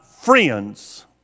friends